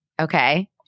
Okay